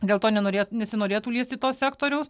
dėl to nenorė nesinorėtų liesti to sektoriaus